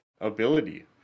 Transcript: ability